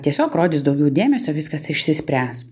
tiesiog rodys daugiau dėmesio viskas išsispręs